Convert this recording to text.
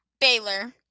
Baylor